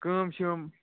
کٲم چھِ یِم